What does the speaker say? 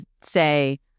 say